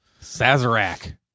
Sazerac